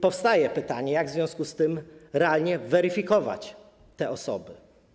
Powstaje pytanie, jak w związku z tym realnie weryfikować te osoby.